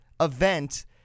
event